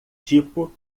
tipo